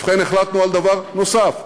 ובכן, החלטנו על דבר נוסף,